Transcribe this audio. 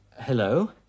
Hello